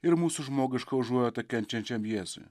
ir mūsų žmogiška užuojauta kenčiančiam jėzui